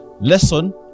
lesson